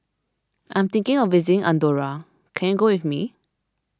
I am thinking of visiting andorra can you go with me